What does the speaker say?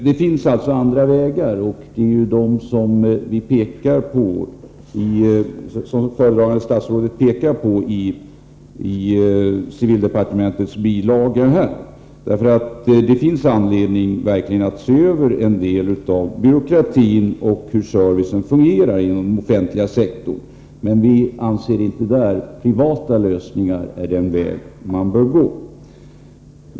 Det finns alltså andra vägar, och föredragande statsrådet pekar på dem i civildepartementets bilaga till budgetpropositionen. Det finns verkligen anledning att se över en del av byråkratin och undersöka hur servicen fungerar inom den offentliga sektorn, men vi anser inte att privata lösningar är den väg man bör gå.